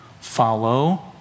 follow